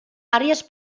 àrees